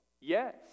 yes